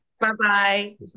Bye-bye